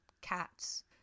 cats